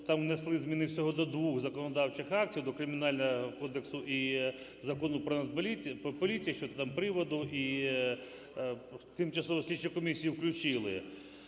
там внесли зміни всього до двох законодавчих актів: до Кримінального кодексу і Закону "Про Національну поліцію" щодо приводу, і тимчасову слідчу комісію включили.